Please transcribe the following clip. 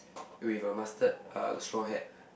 with a mustard uh straw hat